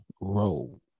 role